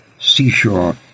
seashore